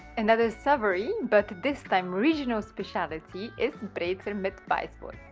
another savoury, but this time regional speciality is brezel and mit weisswurst.